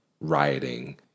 rioting